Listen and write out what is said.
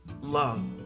love